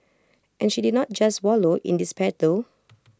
and she did not just wallow in despair though